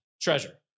treasure